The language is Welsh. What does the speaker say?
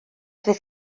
fydd